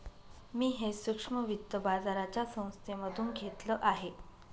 मी हे सूक्ष्म वित्त बाजाराच्या संस्थेमधून घेतलं आहे